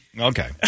Okay